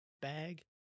bag